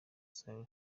solly